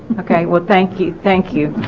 okay well thank you thank you